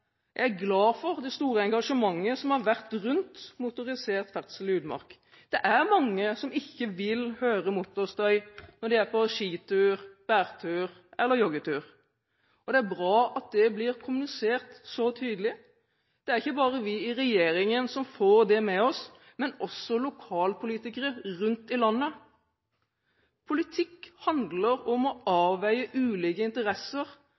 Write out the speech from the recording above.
jeg er glad for det store engasjementet som har vært rundt motorisert ferdsel i utmark. Det er mange som ikke vil høre motorstøy når de er på skitur, bærtur eller joggetur, og det er bra at det blir kommunisert så tydelig. Det er ikke bare vi i regjeringen som får det med oss, men også lokalpolitikere rundt i landet. Politikk handler om å avveie ulike interesser,